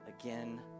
again